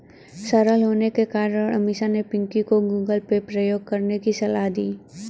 सरल होने के कारण अमीषा ने पिंकी को गूगल पे प्रयोग करने की सलाह दी